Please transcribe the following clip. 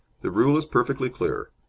the rule is perfectly clear.